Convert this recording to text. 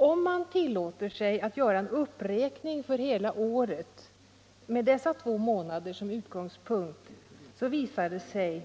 Om man tillåter sig att göra en beräkning för hela året med dessa två månader som utgångspunkt, visar det sig